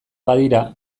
badira